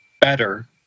better